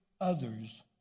others